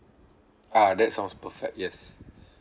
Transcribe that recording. ah that sounds perfect yes